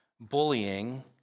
bullying